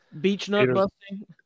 Beach-nut-busting